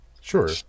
Sure